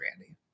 Randy